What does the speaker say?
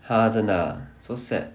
!huh! 真的 ah so sad